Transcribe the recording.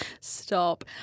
Stop